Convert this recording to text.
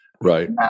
right